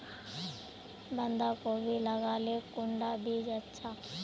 बंधाकोबी लगाले कुंडा बीज अच्छा?